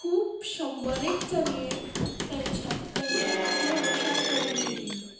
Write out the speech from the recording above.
खूब शंबर एक चलयेंक तांच्या ताणें आपल्या वशान करून घेतिल्लें